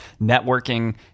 networking